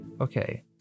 Okay